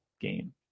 game